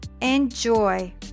Enjoy